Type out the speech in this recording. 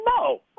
no